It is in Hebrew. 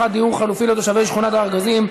אתם הנציגים של השקופים והנציגים של החברתיים.